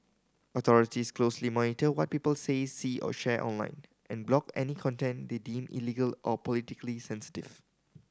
authorities closely monitor what people say see or share online and block any content they deem illegal or politically sensitive